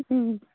ꯎꯝ